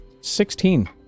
Sixteen